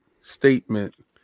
statement